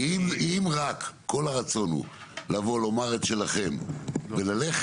אם רק כל הרצון הוא לבוא לומר את שלכם וללכת,